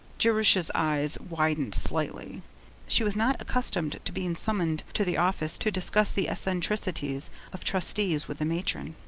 jerusha's eyes widened slightly she was not accustomed to being summoned to the office to discuss the eccentricities of trustees with the matron.